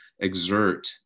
exert